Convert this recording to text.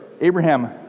Abraham